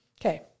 Okay